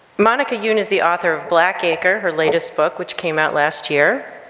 monica youn is the author of blackacre, her latest book which came out last year.